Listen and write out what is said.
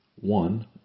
One